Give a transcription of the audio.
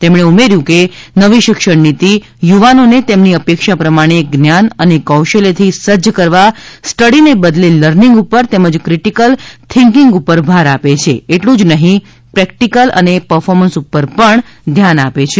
તેમણે ઉમેર્યું હતું કે નવી શિક્ષણ નીતિ યુવાનોને તેમની અપેક્ષા પ્રમાણે જ્ઞાન અને કૌશલથી સજ્જ કરવા સ્ટડીને બદલે લર્નિંગ ઉપર તેમજ ક્રિટિકલ થિકિંગ ઉપર ભાર આપે છે એટલું જ નહીં પ્રેક્ટીકલ અને પરફોર્મન્સ ઉપર પણ ધ્યાન આપે છે